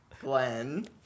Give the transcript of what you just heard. Glenn